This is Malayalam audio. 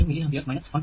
2 മില്ലി ആംപിയർ 1